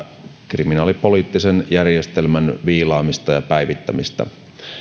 kriminaalipoliittisen järjestelmän viilaamista ja päivittämistä